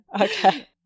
Okay